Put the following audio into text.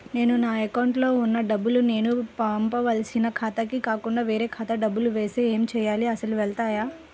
నేను నా అకౌంట్లో వున్న డబ్బులు నేను పంపవలసిన ఖాతాకి కాకుండా వేరే ఖాతాకు డబ్బులు వెళ్తే ఏంచేయాలి? అలా వెళ్తాయా?